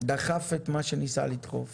דחף את מה שניסה לדחוף